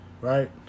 right